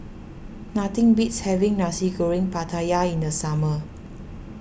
nothing beats having Nasi Goreng Pattaya in the summer